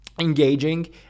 engaging